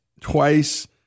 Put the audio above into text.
twice